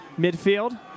midfield